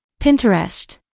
Pinterest